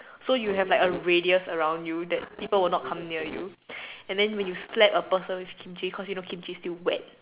so you have like a radius around you that people will not come near you and then when you slap a person with Kimchi cause you know Kimchi still wet